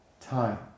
time